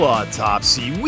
Autopsy